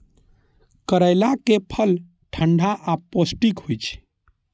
करैलाक फल ठंढा आ पौष्टिक होइ छै